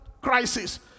crisis